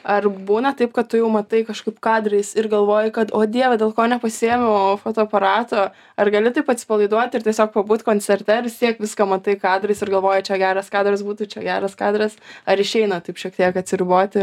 ar būna taip kad tu jau matai kažkaip kadrais ir galvoji kad o dieve dėl ko nepasiėmiau fotoaparato ar gali taip atsipalaiduoti ir tiesiog pabūt koncerte ar vis tiek viską matai kadrais ir galvoji čia geras kadras būtų čia geras kadras ar išeina taip šiek tiek atsiriboti